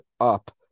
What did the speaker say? up